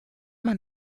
man